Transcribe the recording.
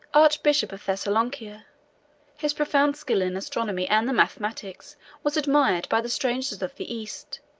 archbishop of thessalonica his profound skill in astronomy and the mathematics was admired by the strangers of the east